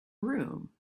room